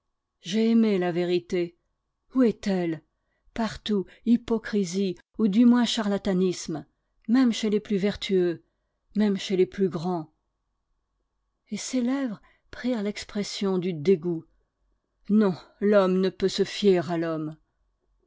j'ai aimé la vérité où est-elle partout hypocrisie ou du moins charlatanisme même chez les plus vertueux même chez les plus grands et ses lèvres prirent l'expression du dégoût non l'homme ne peut pas se fier à l'homme